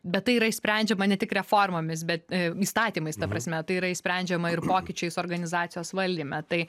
bet tai yra išsprendžiama ne tik reformomis bet įstatymais ta prasme tai yra išsprendžiama ir pokyčiais organizacijos valdyme tai